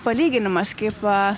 palyginimas kaip va